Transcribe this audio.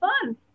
fun